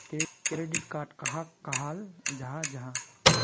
Credit card कहाक कहाल जाहा जाहा?